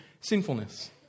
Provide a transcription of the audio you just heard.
sinfulness